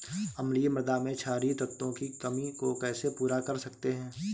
अम्लीय मृदा में क्षारीए तत्वों की कमी को कैसे पूरा कर सकते हैं?